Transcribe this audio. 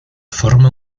forma